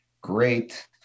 Great